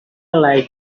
like